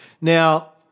Now